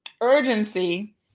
urgency